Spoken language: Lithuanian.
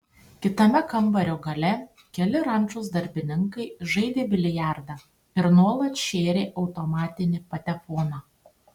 kitame kambario gale keli rančos darbininkai žaidė biliardą ir nuolat šėrė automatinį patefoną